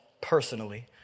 personally